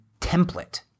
template